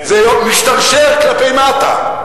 זה משתרשר כלפי מטה.